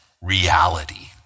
reality